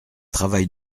travail